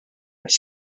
għas